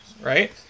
right